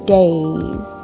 days